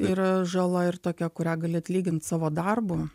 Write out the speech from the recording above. ir žala ir tokia kurią gali atlygint savo darbu